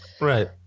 Right